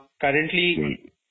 currently